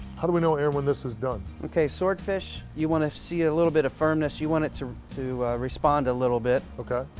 how do we know, aaron, when this is done? swordfish you want to see a little bit of firmness. you want it to to respond a little bit. okay.